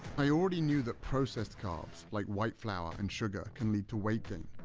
i already knew that processed carbs like white flour and sugar can lead to weight gain,